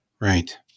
Right